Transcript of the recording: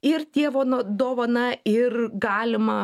ir dievo nu dovana ir galima